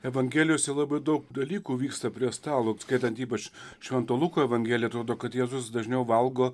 evangelijose labai daug dalykų vyksta prie stalo skaitant ypač švento luko evangeliją atrodo kad jėzus dažniau valgo